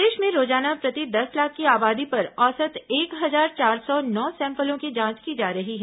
प्रदेश में रोजाना प्रति दस लाख की आबादी पर औसत एक हजार चार सौ नौ सैम्पलों की जांच की जा रही है